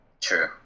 True